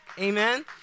Amen